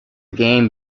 game